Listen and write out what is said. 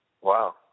Wow